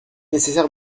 nécessaire